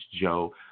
Joe